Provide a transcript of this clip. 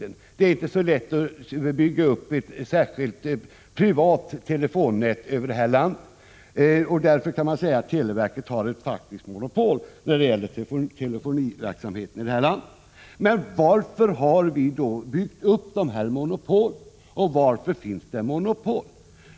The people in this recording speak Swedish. Det är t.ex. inte så lätt att bygga upp ett särskilt privat 43 telefonnät över detta land. Därför kan man säga att televerket har ett faktiskt monopol när det gäller telefonverksamheten i detta land. Men varför har vi då byggt upp dessa monopol, och varför finns det monopol?